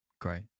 Great